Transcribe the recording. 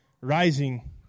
rising